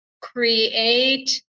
create